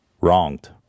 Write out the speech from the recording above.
wronged